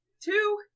two